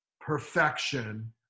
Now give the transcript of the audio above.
perfection